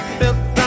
built